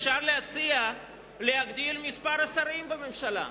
אפשר להציע להגדיל את מספר השרים בממשלה.